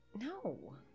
No